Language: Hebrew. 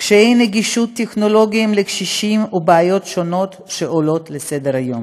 קשיי נגישות טכנולוגיים לקשישים ובעיות שונות שעולות לסדר-היום.